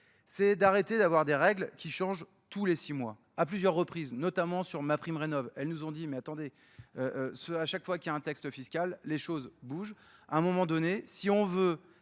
C'est d'arrêter d'avoir des règles qui changent tous les six mois, à plusieurs reprises, notamment sur ma prime rénov', elles nous ont dit, mais attendez, A chaque fois qu'il y a un texte fiscal, les choses bougent. Si on veut